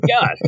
god